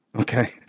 Okay